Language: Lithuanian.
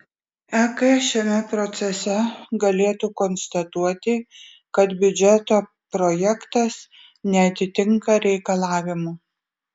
ek šiame procese galėtų konstatuoti kad biudžeto projektas neatitinka reikalavimų